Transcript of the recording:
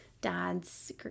dad's